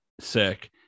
Sick